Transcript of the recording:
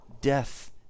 Death